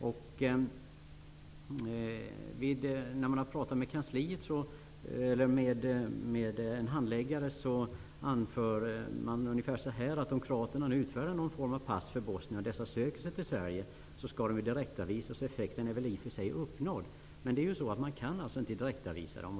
En handläggare på kansliet anförde att bosnierna, om kroaterna utfärdar någon form av pass till dem och de sedan söker sig till Sverige, skall direktavvisas. Då uppnår man den avsedda effekten. Men det går inte att direktavvisa dem.